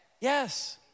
Yes